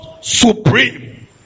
supreme